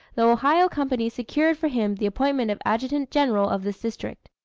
the ohio company secured for him the appointment of adjutant general of this district.